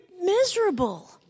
miserable